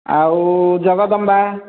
ଆଉ ଜଗଦମ୍ବା